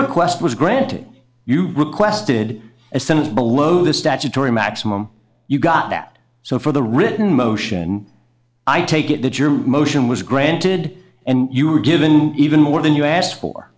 request was granted you requested a cent below the statutory maximum you got that so for the written motion i take it that your motion was granted and you were given even more than you asked for